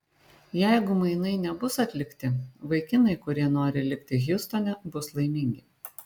jeigu mainai nebus atlikti vaikinai kurie nori likti hjustone bus laimingi